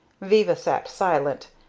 viva sat silent,